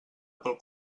pel